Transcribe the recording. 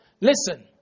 Listen